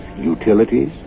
utilities